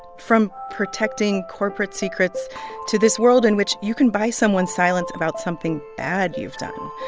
from protecting corporate secrets to this world in which you can buy someone's silence about something bad you've done,